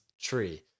tree